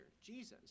Jesus